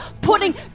Putting